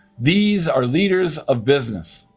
these are leaders of business,